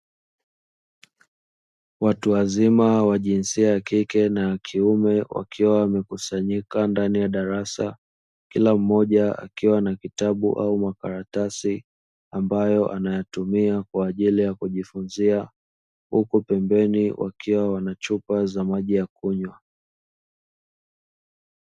Watu wazima wa jinsia ya kike na kiume wakiwa wamekusanyika ndani ya darasa kila mmoja akiwa na kitabu au makaratasi ambayo anayatumia kwa ajili ya kujifunza huku pembeni wakiwa wana chupa za maji ya kunywa.